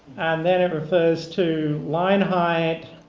then it refers to line height,